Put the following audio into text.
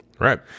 Right